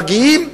אבל כשמגיעים,